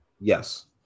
Yes